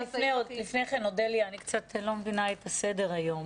לפני כן אודליה, אני לא מבינה את סדר היום.